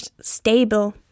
stable